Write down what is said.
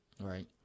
right